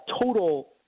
total